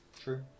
True